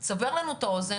סבר לנו את האוזן,